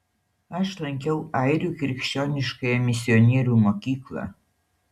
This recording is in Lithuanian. aš lankiau airių krikščioniškąją misionierių mokyklą